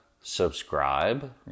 Subscribe